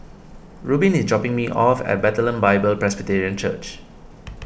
Rubin is dropping me off at Bethlehem Bible Presbyterian Church